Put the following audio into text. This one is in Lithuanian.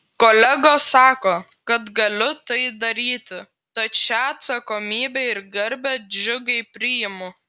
kolegos sako kad galiu tai daryti tad šią atsakomybę ir garbę džiugiai priimu